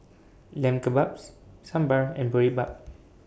Lamb Kebabs Sambar and Boribap